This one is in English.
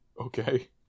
Okay